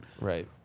Right